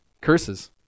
Curses